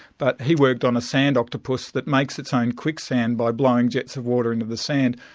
but he worked on a sand octopus that makes its own quicksand by blowing jets of water into the sand,